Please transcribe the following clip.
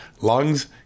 lungs